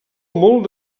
molt